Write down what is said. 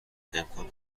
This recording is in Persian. امکان